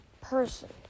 person